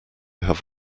have